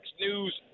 news